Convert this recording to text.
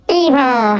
Evil